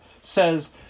says